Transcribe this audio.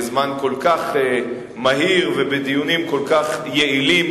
בזמן כל כך קצר ובדיונים כל כך יעילים,